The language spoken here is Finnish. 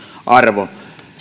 arvo